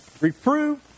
reprove